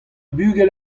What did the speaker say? bugel